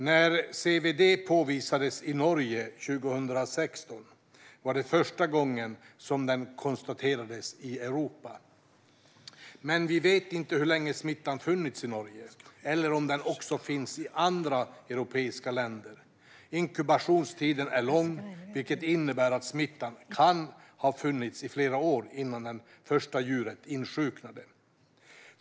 När CWD påvisades i Norge 2016 var det första gången som den konstaterades i Europa. Men vi vet inte hur länge smittan har funnits i Norge eller om den också finns i andra europeiska länder. Inkubationstiden är lång, vilket innebär att smittan kan ha funnits i flera år innan det första djuret insjuknade.